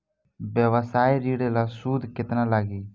व्यवसाय ऋण ला सूद केतना लागी?